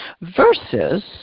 versus